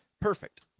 Perfect